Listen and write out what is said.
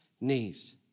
knees